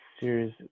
series